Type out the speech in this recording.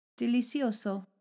delicioso